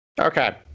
Okay